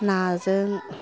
ना जों